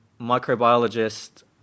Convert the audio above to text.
microbiologist